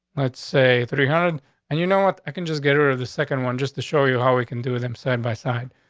let's say three hundred and six you know what i can just get rid of the second one just to show you how we can do with them side by side.